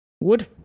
Wood